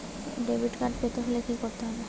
Debit card পেতে হলে কি করতে হবে?